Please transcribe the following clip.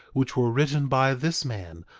which were written by this man,